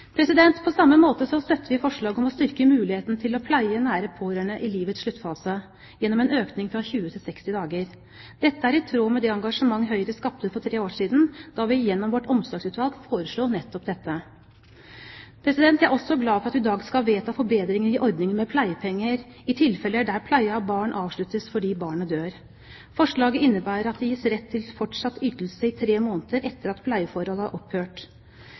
På samme måte støtter vi forslaget om å styrke muligheten til å pleie nære pårørende i livets sluttfase gjennom en økning fra 20 til 60 dager. Dette er i tråd med det engasjement Høyre skapte for tre år siden, da vi gjennom vårt omsorgsutvalg foreslo nettopp dette. Jeg er også glad for at vi i dag skal vedta forbedringer i ordningen med pleiepenger i tilfeller der pleie av barn avsluttes fordi barnet dør. Forslaget innebærer at det gis rett til fortsatt ytelse i tre måneder etter at pleieforholdet har opphørt.